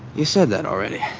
you said that already.